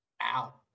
out